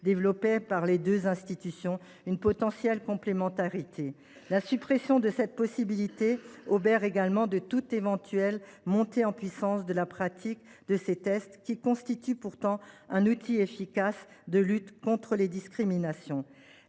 développés par les deux institutions une potentielle complémentarité. La suppression de cette possibilité obère également toute éventuelle montée en puissance de ces tests, qui constituent pourtant un outil efficace de lutte contre les discriminations.